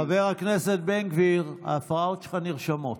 חבר הכנסת בן גביר, ההפרעות שלך נרשמות.